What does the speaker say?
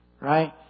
Right